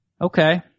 Okay